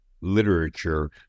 Literature